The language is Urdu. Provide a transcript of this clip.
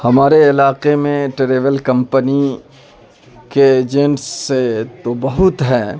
ہمارے علاقے میں ٹریول کمپنی کے ایجنٹس تو بہت ہیں